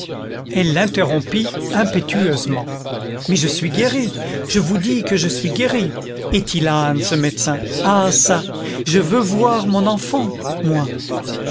elle l'interrompit impétueusement mais je suis guérie je vous dis que je suis guérie est-il âne ce médecin ah çà je veux voir mon enfant moi